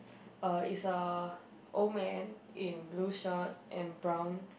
uh is a old man in blue shirt and brown